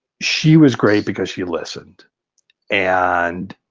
she was great because she listened and